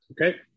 Okay